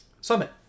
Summit